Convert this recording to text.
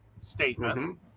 statement